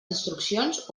instruccions